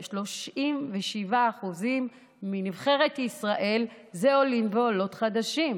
ו-37% מנבחרת ישראל זה עולים ועולות חדשים.